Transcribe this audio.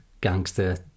gangster